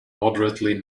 moderately